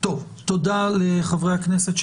תודה לחברי הכנסת.